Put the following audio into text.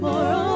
More